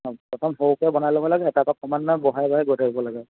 অঁ প্ৰথম সৰুকৈ বনাই ল'ব লাগে তাৰপৰা বঢ়াই বঢ়াই গৈ থাকিব লাগে